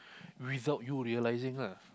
without you realising lah